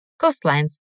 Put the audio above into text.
coastlines